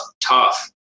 tough